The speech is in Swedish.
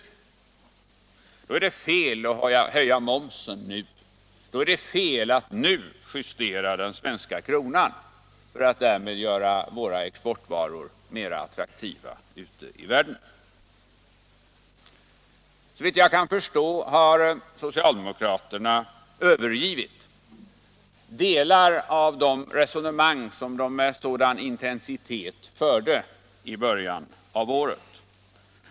Då är det fel att nu höja momsen, då är det fel att nu justera den svenska kronan för att därmed göra våra exportvaror mera attraktiva ute i världen. Såvitt jag kan förstå har socialdemokraterna övergivit delar av de resonemang de med sådan intensitet förde i början av året.